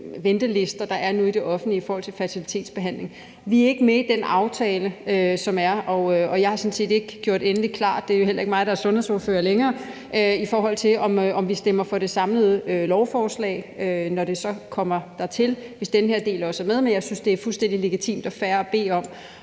ventelister, der nu er i det offentlige i forhold til fertilitetsbehandling. Vi er ikke med i den aftale, som er der, og jeg har sådan set ikke gjort det endelig klart – det er jo heller ikke mig, der er sundhedsordfører længere – om vi stemmer for det samlede lovforslag, når det så kommer dertil, hvis denne her del også er med. Men jeg synes, det er fuldstændig legitimt og fair at bede om